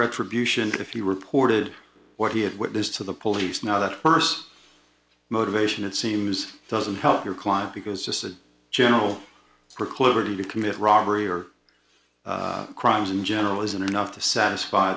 retribution if you reported what he had witnessed to the police now that first motivation it seems doesn't help your client because just a general proclivity to commit robbery or crimes in general isn't enough to satisfy